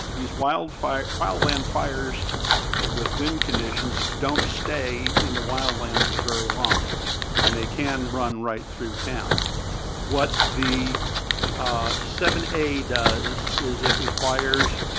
these wild fire wildland fires with wind conditions don't stay in the wildland for very long and they can run right through town what the ah seven a does is it requires?